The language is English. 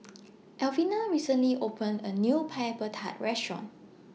Alvena recently opened A New Pineapple Tart Restaurant